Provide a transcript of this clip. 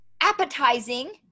appetizing